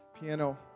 piano